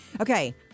Okay